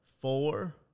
four